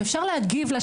שאפשר להגיב לה,